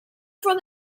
from